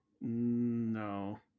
No